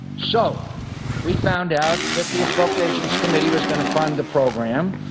so we found out that the appropriations committee was going to fund the program.